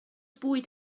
bwyd